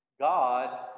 God